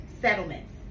settlements